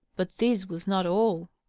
but this was not all.